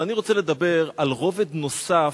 אבל אני רוצה לדבר על רובד נוסף,